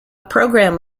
programme